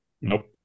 Nope